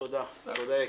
תודה , יקירי.